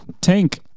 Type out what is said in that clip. Tank